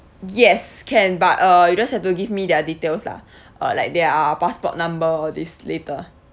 yes can but uh you just have to give me their details lah or like their passport number all this later